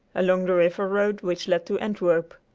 along the river road which led to antwerp.